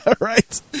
Right